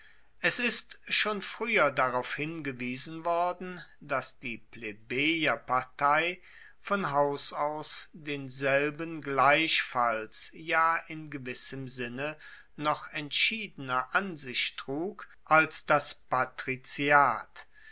es ist schon frueher darauf hingewiesen worden dass die plebejerpartei von haus aus denselben gleichfalls ja in gewissem sinne noch entschiedener an sich trug als das patriziat